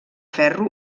ferro